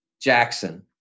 Jackson